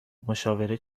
مشاوره